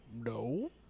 No